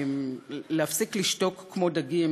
בקואליציה להפסיק לשתוק כמו דגים,